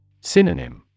Synonym